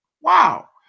Wow